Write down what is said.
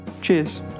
cheers